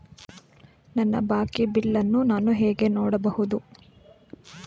ನನ್ನ ಬಾಕಿ ಬಿಲ್ ಅನ್ನು ನಾನು ಹೇಗೆ ನೋಡಬಹುದು?